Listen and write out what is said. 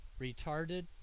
retarded